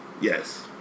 Yes